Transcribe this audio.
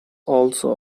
also